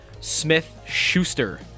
Smith-Schuster